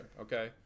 okay